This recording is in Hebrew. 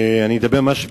אדבר ממש בקצרה.